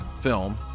film